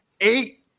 Eight